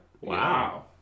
Wow